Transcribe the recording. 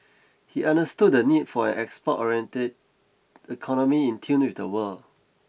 he understood the need for an export oriented economy in tune with the world